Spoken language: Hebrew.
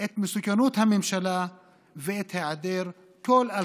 את מסוכנות הממשלה ואת היעדר כל אלטרנטיבה.